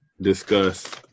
discuss